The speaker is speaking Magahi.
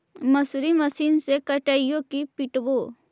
मसुरी मशिन से कटइयै कि पिटबै?